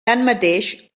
tanmateix